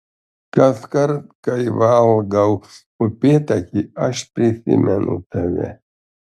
kaskart kai valgau upėtakį aš prisimenu tave